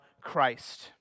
Christ